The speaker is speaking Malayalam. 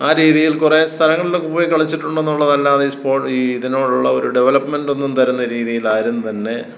ആ രീതിയിൽ കുറേ സ്ഥലങ്ങളിലൊക്കെ പോയി കളിച്ചിട്ടുണ്ടെന്നുള്ളതല്ലാതെ ഈ ഇതിനോടുള്ള ഒരു ഈ ഡെവലപ്മെൻ്റ് ഒന്നും തരുന്ന രീതിയിലാരും തന്നെ